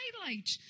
highlight